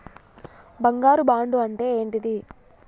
బంగారు బాండు అంటే ఏంటిది?